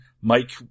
Mike